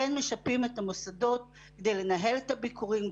משפים את המוסדות כדי לנהל את הביקורים,